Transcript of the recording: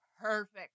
perfect